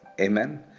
amen